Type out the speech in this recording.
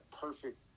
perfect